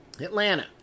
Atlanta